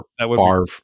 barf